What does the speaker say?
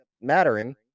mattering